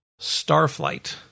Starflight